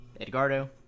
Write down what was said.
Edgardo